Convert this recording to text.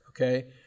okay